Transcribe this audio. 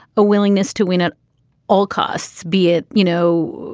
a willingness to win at all costs, be it. you know,